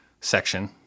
section